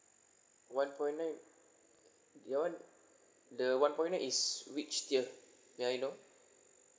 one point nine that one the one point nine is which tier may I know